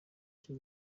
cyo